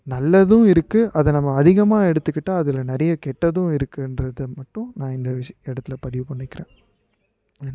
நல்லதும் இருக்குது அதை நம்ம அதிகமாக எடுத்துக்கிட்டால் அதில் நிறைய கெட்டதும் இருக்குதுன்றத மட்டும் நான் இந்த இடத்துல பதிவு பண்ணிக்கிறேன்